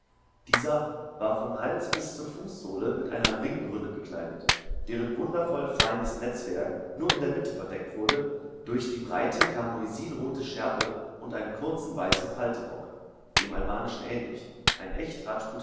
dieser war vom hals bis zur fußsohle mit einer ringbrünne bekleidet deren wundervoll feines netzwerk nur in der mitte verdeckt wurde durch die breite karmoisinrote schärpe und einen kurzen weißen faltenrock dem albanischen ähnlich ein echt